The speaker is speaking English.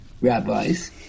rabbis